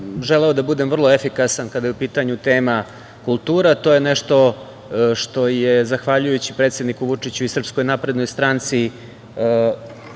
bih da budem vrlo efikasan kada je u pitanju tema kulture. To je nešto što je zahvaljujući predsedniku Vučiću i SNS u proteklih